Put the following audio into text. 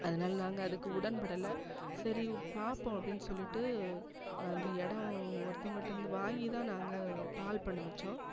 அதனால நாங்கள் அதுக்கு உடன்படலை சரி பார்ப்போம் அப்படின் சொல்லிவிட்டு அந்த இடம் ஒருத்தவங்கள்ட்டேருந்து வாங்கிதான் நாங்கள் பால் பண்ணை வைச்சோம்